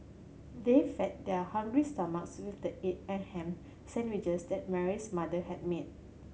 they fed their hungry stomachs with the egg and ham sandwiches that Mary's mother had made